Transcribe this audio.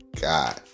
God